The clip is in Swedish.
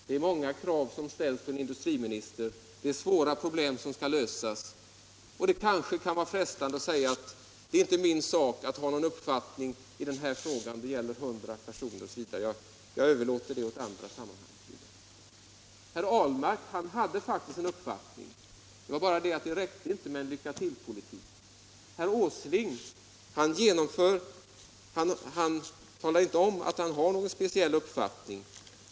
Det är många krav som ställs på en industriminister och svåra problem som skall lösas. Det kan då vara frestande att säga: Det är inte min sak att ha någon uppfattning i den här frågan — det gäller ju bara 100 personer. Jag överlåter det åt andra. Herr Ahlmark redovisade faktiskt en uppfattning i denna fråga. Men det räckte inte med bara en lycka-till-politik. Herr Åsling å sin sida säger inte om han har någon speciell uppfattning.